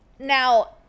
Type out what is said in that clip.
Now